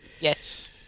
Yes